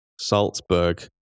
Salzburg